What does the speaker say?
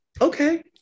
Okay